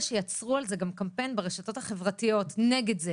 שיצרו על זה קמפיין ברשתות החברתיות נגד זה